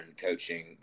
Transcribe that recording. coaching